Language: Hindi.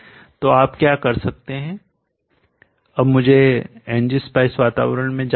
तो आप क्या कर सकते हैं अब मुझे ng spice वातावरण में जाने दें